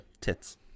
tits